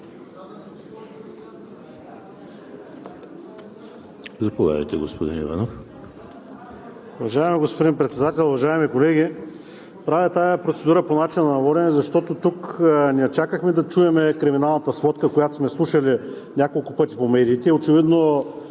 Заповядайте, господин Иванов.